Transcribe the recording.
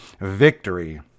victory